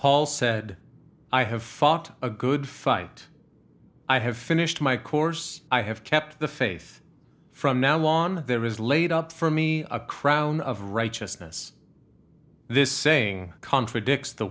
paul said i have fought a good fight i have finished my course i have kept the faith from now on there is laid up for me a crown of righteousness this saying contradicts the